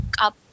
up